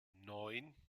neun